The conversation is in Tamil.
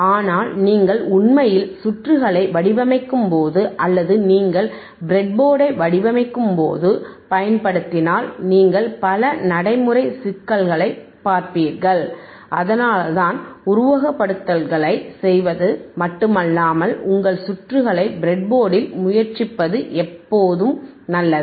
ஆனால் நீங்கள் உண்மையில் சுற்றுகளை வடிவமைக்கும்போது அல்லது நீங்கள் பிரட்போர்டை வடிவமைக்கும்போது பயன்படுத்தினால் நீங்கள் பல நடைமுறை சிக்கல்களைக் பார்ப்பீர்கள் அதனால்தான் உருவகப்படுத்துதல்களைச் செய்வது மட்டுமல்லாமல் உங்கள் சுற்றுகளை ப்ரெட்போர்டில் முயற்சிப்பது எப்போதும் நல்லது